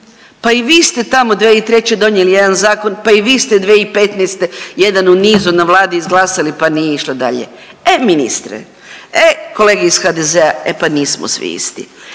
Pa i vi ste tamo 2003. donijeli jedan zakon, pa i vi ste 2015. jedan u nizu na Vladi izglasali pa nije išla dalje. E ministre, e kolege iz HDZ-a, e pa nismo svi isti.